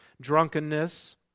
Drunkenness